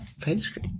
pastry